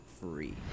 free